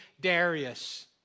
Darius